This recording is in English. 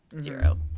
zero